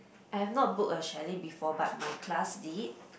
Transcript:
I've not book a chalet before but my class did